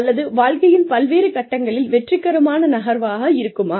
அல்லது வாழ்க்கையின் பல்வேறு கட்டங்களில் வெற்றிகரமான நகர்வாக இருக்குமா